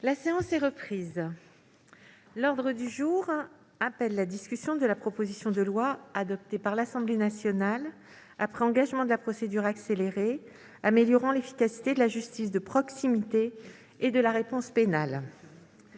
La séance est reprise. L'ordre du jour appelle la discussion de la proposition de loi, adoptée par l'Assemblée nationale après engagement de la procédure accélérée, améliorant l'efficacité de la justice de proximité et de la réponse pénale